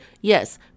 yes